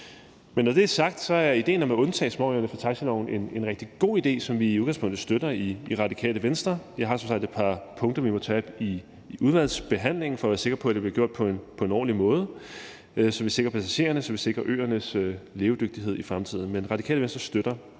men når det er sagt, er idéen om at undtage småøerne fra taxiloven en rigtig god idé, som vi i udgangspunktet støtter i Radikale Venstre. Jeg har som sagt et par punkter, vi må tage i udvalgsbehandlingen for at være sikre på, at det bliver gjort på en ordentlig måde, så vi sikrer passagererne og vi sikrer øernes levedygtighed i fremtiden. Men Radikale Venstre støtter